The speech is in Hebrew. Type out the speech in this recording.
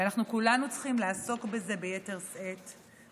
ואנחנו כולנו צריכים לעסוק בזה ביתר שאת.